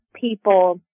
people